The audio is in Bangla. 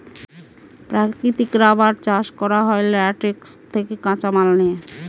প্রাকৃতিক রাবার চাষ করা হয় ল্যাটেক্স থেকে কাঁচামাল নিয়ে